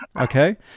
Okay